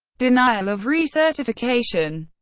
denial of re-certification